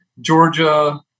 Georgia –